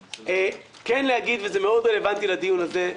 כן להגיד, וזה מאוד רלבנטי לדיון הזה.